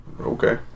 okay